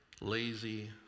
lazy